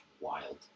wild